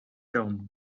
daumen